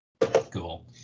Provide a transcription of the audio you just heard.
Cool